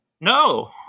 No